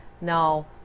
Now